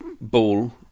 ball